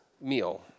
meal